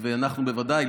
ואנחנו בוודאי,